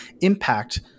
impact